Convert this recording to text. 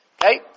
Okay